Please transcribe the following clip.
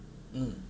mm